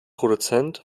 produzent